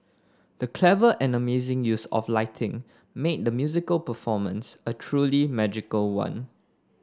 the clever and amazing use of lighting made the musical performance a truly magical one